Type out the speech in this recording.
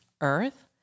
Earth